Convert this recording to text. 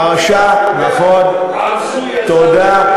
פרשה, נכון, תודה.